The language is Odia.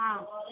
ହଁ